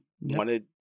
wanted